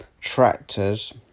tractors